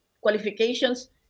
qualifications